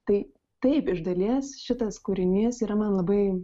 tai taip iš dalies šitas kūrinys yra man labai